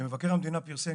מבקר המדינה פרסם,